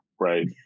right